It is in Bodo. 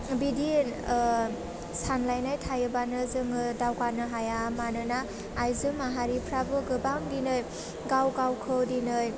बिदि सानलायनाय थायोबानो जोङो दावगानो हाया मानोना आयजो माहारिफ्राबो गोबां दिनै गाव गावखौ दिनै